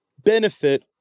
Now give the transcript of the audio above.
benefit